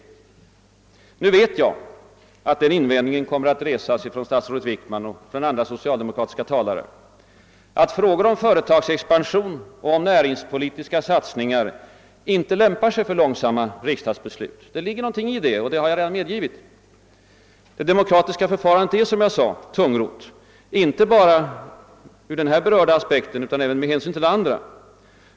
Jag vet att den invändningen kowmmer att resas av statsrådet Wickman och andra socialdemokratiska talare, alt frågor om företagsexpansion och om näringspolitiska satsningar inte lämpar sig för långsamma riksdagsbeslut. Det ligger något däri — det har jag redan medgivit. Det demokratiska förfarandet är, som jag sade, tungrott, och det är det inte bara ur den här berörda aspekten utan även med hänsyn till andra.